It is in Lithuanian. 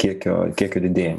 kiekio kiekio didėjimo